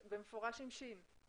במפורש עם שין.